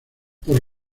por